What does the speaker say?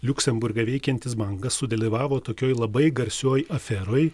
liuksemburge veikiantis bankas sudalyvavo tokioj labai garsioj aferoj